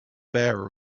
bare